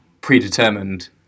predetermined